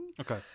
Okay